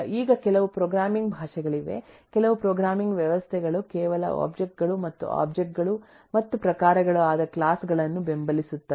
ಈಗ ಕೆಲವು ಪ್ರೋಗ್ರಾಮಿಂಗ್ ಭಾಷೆಗಳಿವೆ ಕೆಲವು ಪ್ರೋಗ್ರಾಮಿಂಗ್ ವ್ಯವಸ್ಥೆಗಳು ಕೇವಲ ಒಬ್ಜೆಕ್ಟ್ ಗಳು ಮತ್ತು ಒಬ್ಜೆಕ್ಟ್ ಗಳು ಮತ್ತು ಪ್ರಕಾರಗಳು ಆದ ಕ್ಲಾಸ್ ಗಳನ್ನು ಬೆಂಬಲಿಸುತ್ತವೆ